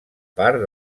part